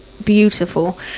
beautiful